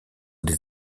des